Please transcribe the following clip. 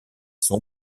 son